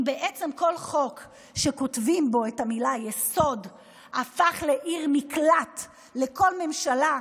אם בעצם כל חוק שכותבים בו את המילה "יסוד" הפך לעיר מקלט לכל ממשלה,